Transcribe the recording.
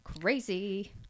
Crazy